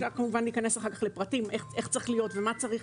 אפשר כמובן להיכנס אחר-כך לפרטים איך צריך להיות ומה צריך